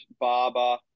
Barber